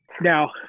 now